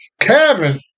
Kevin